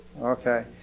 Okay